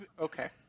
Okay